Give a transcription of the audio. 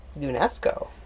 UNESCO